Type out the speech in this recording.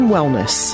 Wellness